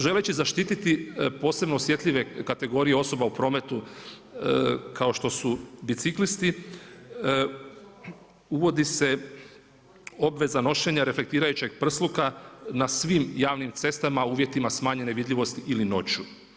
Želeći zaštiti posebno osjetljive kategorije osoba u prometu kao što su biciklisti uvodi se obveza nošenja reflektirajućeg prsluka na svim javnim cestama u uvjetima smanjenje vidljivosti ili noću.